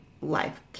life